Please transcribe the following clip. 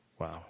Wow